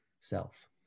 self